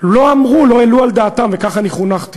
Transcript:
לא אמרו, לא העלו על דעתם, וכך אני חונכתי,